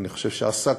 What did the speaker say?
אני חושב שעסקתי